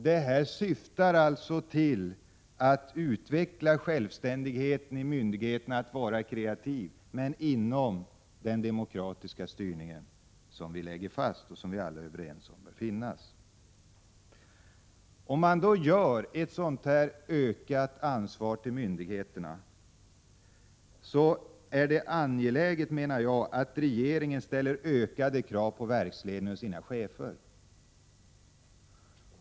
Detta syftar alltså till att utveckla självständigheten och kreativiteten inom myndigheterna, men inom den demokratiska ram som vi lägger fast och som vi alla är överens om bör finnas. Om man ger ett ökat ansvar till myndigheterna, menar jag att det är angeläget att regeringen ställer ökade krav på cheferna i verksledningen.